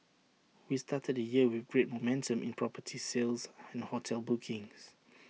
we started the year with great momentum in property sales and hotel bookings